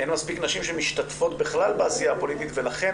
אין מספיק נשים שמשתתפות בכלל בעשייה הפוליטית ולכן